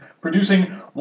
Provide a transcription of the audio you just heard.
producing